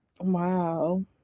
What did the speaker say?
Wow